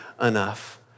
enough